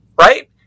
Right